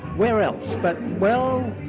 where else but. well,